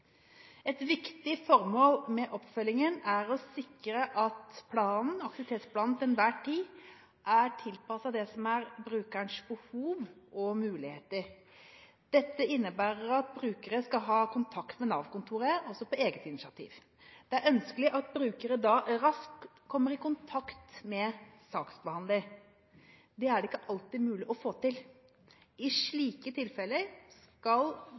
Et viktig formål med oppfølgingen er å sikre at aktivitetsplanen til enhver tid er tilpasset brukernes behov og muligheter. Dette innebærer at brukerne skal kunne ta kontakt med Nav-kontoret på eget initiativ. Det er ønskelig at brukerne da raskt kommer i kontakt med saksbehandler. Dette er ikke alltid mulig å få til. I slike tilfeller skal